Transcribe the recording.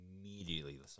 immediately